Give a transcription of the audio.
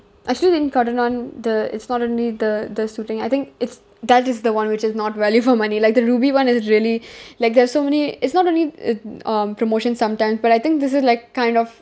I still think Cotton On the it's not only the the suiting I think it's that is the one which is not value for money like the Rubi one is really like there are so many is not only uh um promotion sometimes but I think this is like kind of